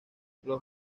los